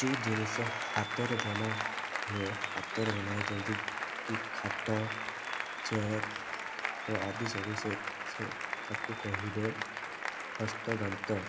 ଯେଉଁ ଜିନିଷ ହାତରେ ବନା ହୁଏ ହାତରେ ବନା ହୁଏ ଯେମିତି କି ଖଟ ଚେୟାର ଓ ଆଦି ସବୁ ସେ ତାକୁ କହିବେ ହସ୍ତତନ୍ତ